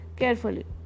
carefully